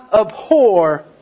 abhor